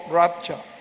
rapture